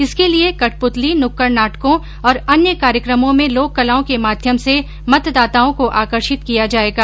इसके लिये कठपुतली नुक्कड नाटकों और अन्य कार्यक्रमों में लोककलाओं के माध्यम से मतदाताओं को आकर्षित किया जायेगा